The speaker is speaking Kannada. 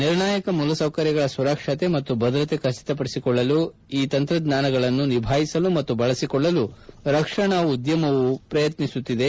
ನಿರ್ಣಾಯಕ ಮೂಲಸೌಕರ್ಯಗಳ ಸುರಕ್ಷತೆ ಮತ್ತು ಭದ್ರತೆ ಖಚಿತಪಡಿಸಿಕೊಳ್ಳಲು ಈ ತಂತ್ರಜ್ಞಾನಗಳನ್ನು ನಿಭಾಯಿಸಲು ಮತ್ತು ಬಳಸಿಕೊಳ್ಳಲು ರಕ್ಷಣಾ ಉದ್ದಮವು ಪ್ರಯತ್ನಿಸುತ್ತಿದೆ